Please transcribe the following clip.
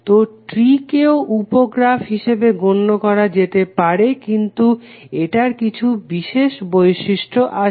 তো ট্রি কেও উপ গ্রাফ হিসাবে গণ্য করা যেতে পারে কিন্তু এটার কিছু বিশেষ বৈশিষ্ট্য আছে